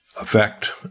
Effect